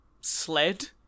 sled